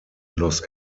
los